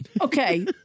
Okay